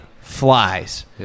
flies